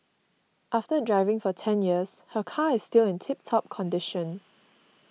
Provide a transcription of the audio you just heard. after driving for ten years her car is still in tip top condition